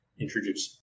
introduce